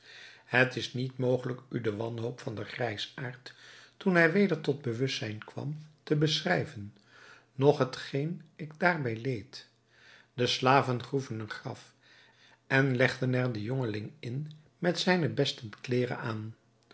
het is niet mogelijk u de wanhoop van den grijsaard toen hij weder tot bewustzijn kwam te beschrijven noch hetgeen ik daarbij leed de slaven groeven een graf en legden er den jongeling in met zijne beste kleederen aan